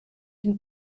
den